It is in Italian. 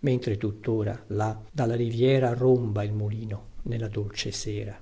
mentre tuttora là dalla riviera romba il mulino nella dolce sera